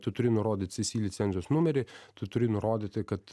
tu turi nurodyt cc licenzijos numerį tu turi nurodyti kad